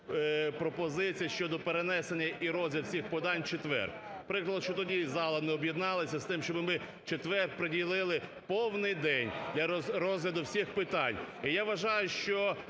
пропозиції щодо перенесення і розгляд всіх подань в четвер. Прикро, що тоді зала не об'єдналася з тим, щоб ми в четвер приділили повний день для розгляду всіх питань. І я вважаю, що